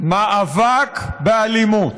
"מאבק באלימות"